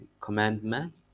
commandments